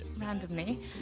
randomly